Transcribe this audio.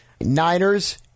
Niners